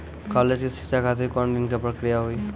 College के शिक्षा खातिर कौन ऋण के प्रक्रिया हुई?